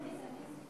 מי זה?